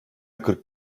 kırk